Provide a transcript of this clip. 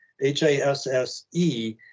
h-a-s-s-e